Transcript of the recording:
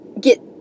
get